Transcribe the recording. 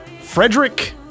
Frederick